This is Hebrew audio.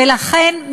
ולכן,